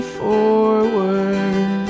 forward